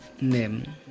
name